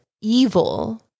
evil